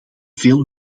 veel